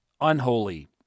unholy